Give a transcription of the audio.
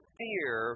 fear